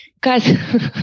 guys